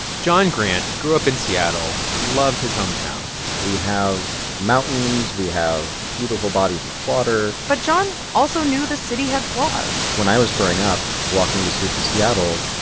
jon grant grew up in seattle, loved his hometown we have mountains. we have beautiful bodies of water but jon also knew the city had flaws when i was growing up, walking the streets of seattle,